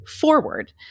Forward